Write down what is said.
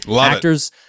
actors